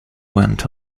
went